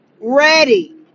ready